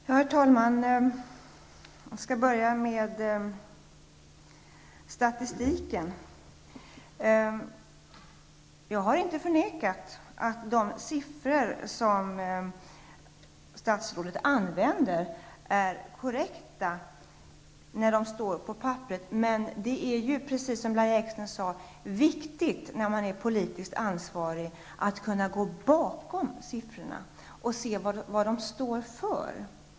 Herr talman! Jag skall börja med statistiken. Jag har inte förnekat att de siffror som statsrådet använder är korrekta när de står på papperet. Men det är, precis som Lahja Exner säger, viktigt när man är politiskt ansvarig att kunna gå bakom siffrorna och se vad de står för.